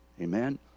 amen